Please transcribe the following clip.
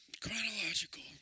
Chronological